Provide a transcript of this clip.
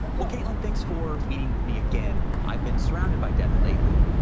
well, caitlin, thanks for meeting with me again. i've been surrounded by death lately,